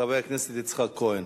חבר הכנסת יצחק כהן.